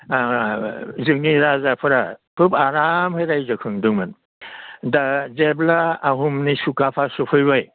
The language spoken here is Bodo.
जोंनि राजाफोरा खोब आरामै रायजो खुंदोंमोन दा जेब्ला आहमनि सुकाफा सफैबाय